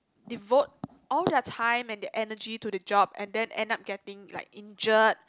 devote all their time and their energy to the job and then end up getting like injured